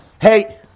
Hey